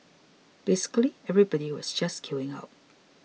basically everybody was just queuing up